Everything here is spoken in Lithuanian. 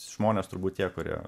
žmonės turbūt tie kurie